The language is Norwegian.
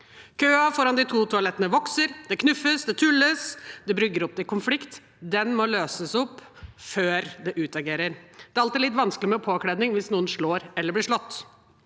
Køen foran de to toalettene vokser. Det knuffes, det tulles, det brygger opp til konflikt, og den må løses opp før det utageres. Det er alltid litt vanskelig med påkledning hvis noen slår eller blir slått.